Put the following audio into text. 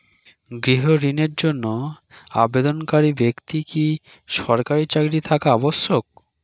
গৃহ ঋণের জন্য আবেদনকারী ব্যক্তি কি সরকারি চাকরি থাকা আবশ্যক?